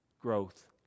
growth